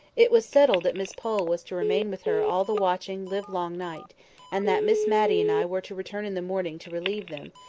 it was settled that miss pole was to remain with her all the watching livelong night and that miss matty and i were to return in the morning to relieve them,